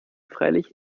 freilich